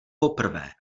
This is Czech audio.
poprvé